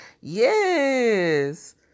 Yes